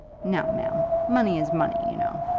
now, ma'am, money is money, you know.